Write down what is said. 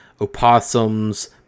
Opossums